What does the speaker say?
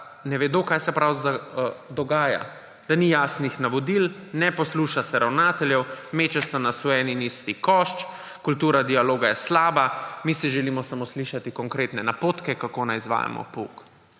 ne vedo, kaj se pravzaprav dogaja, da ni jasnih navodil, ne posluša se ravnateljev, meče se jih v en in isti koš, kultura dialoga je slaba, želijo si samo slišati konkretne napotke, kako naj izvajajo pouk.